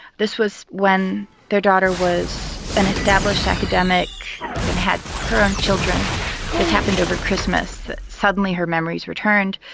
this was when their daughter was an established academic and had her own children this happened over christmas that suddenly her memories returned.